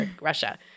Russia